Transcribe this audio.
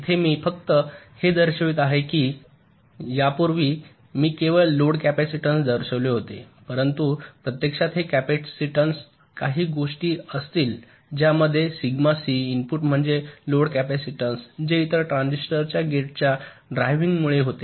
येथे मी फक्त हे दर्शवित आहे की यापूर्वी मी केवळ लोड कॅपेसिटन्स दर्शविले होते परंतु प्रत्यक्षात हे कपॅसिटीन्स काही गोष्टी असतील ज्यामध्ये सिग्मा सी इनपुट म्हणजे लोड कॅपेसिटन्स जे इतर ट्रांजिस्टरच्या गेटच्या ड्रायव्हिंगमुळे होते